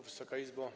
Wysoka Izbo!